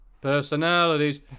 personalities